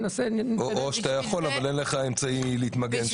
יכול להיות שאתה יכול אבל אין לך אמצעי להתמגן.